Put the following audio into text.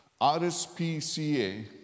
RSPCA